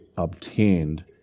obtained